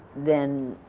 then,